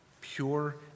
pure